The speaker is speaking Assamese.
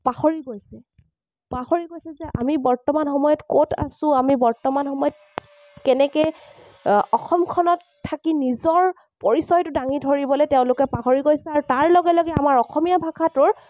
পাহৰি গৈছে পাহৰি গৈছে যে আমি বৰ্তমান সময়ত ক'ত আছোঁ আমি বৰ্তমান সময়ত কেনেকৈ অসমখনত থাকি নিজৰ পৰিচয়টো দাঙি ধৰিবলৈ তেওঁলোকে পাহৰি গৈছে আৰু তাৰ লগে লগে আমাৰ অসমীয়া ভাষাটোৰ